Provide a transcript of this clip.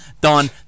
Done